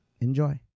enjoy